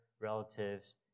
relatives